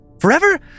Forever